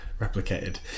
replicated